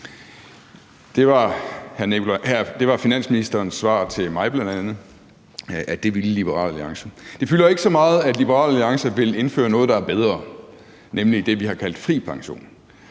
Det var finansministerens svar til bl.a. mig, altså at det ville Liberal Alliance. Det fylder ikke så meget, at Liberal Alliance vil indføre noget, der er bedre, nemlig det, vi har kaldt fri pension.